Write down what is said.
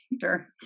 Sure